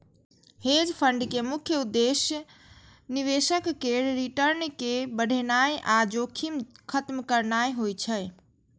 hedge fund के मुख्य उद्देश्य निवेशक केर रिटर्न कें बढ़ेनाइ आ जोखिम खत्म करनाइ होइ छै